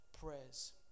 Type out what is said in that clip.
prayers